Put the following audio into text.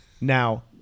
now